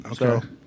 Okay